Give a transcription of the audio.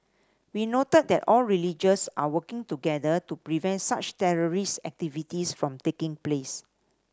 we noted that all religions are working together to prevent such terrorist activities from taking place